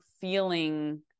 feeling